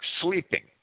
sleeping